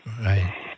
right